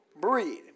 breed